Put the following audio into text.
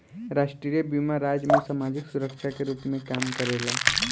राष्ट्रीय बीमा राज्य में सामाजिक सुरक्षा के रूप में काम करेला